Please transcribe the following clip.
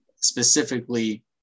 specifically